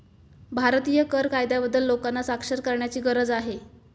भारतीय कर कायद्याबद्दल लोकांना साक्षर करण्याची गरज आहे